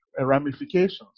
ramifications